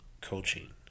coaching